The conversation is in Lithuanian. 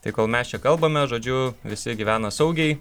tai kol mes čia kalbame žodžiu visi gyvena saugiai